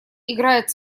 играет